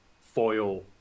foil